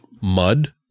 mud